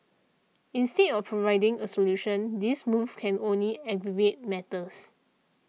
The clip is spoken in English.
instead of providing a solution this move can only aggravate matters